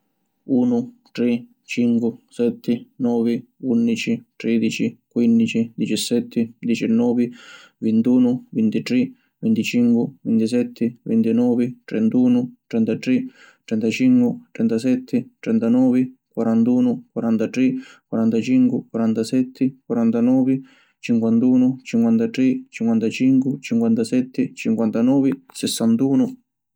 Unu, Tri, Cincu, Setti, Novi, Unnici, Tridici, Quinnici, Dicissetti, Dicinnovi, Vintunu, Vintitri, Vintincu, Vintisetti, Vintinovi, Trentunu, Trentatri, Trentacincu, Trentasetti, Trentanovi, Quarantunu, Quarantatri, Quarantacincu, Quarantasetti, Quarantanovi, Cinquantunu, Cinquantatri, Cinquantacincu, Cinquantasetti, Cinquantanovi, Sissantunu…